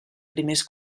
primers